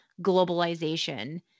globalization